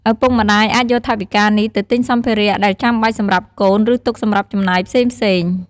ឪពុកម្តាយអាចយកថវិកានេះទៅទិញសម្ភារៈដែលចាំបាច់សម្រាប់កូន ឬទុកសម្រាប់ចំណាយផ្សេងៗ។